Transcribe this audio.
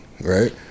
right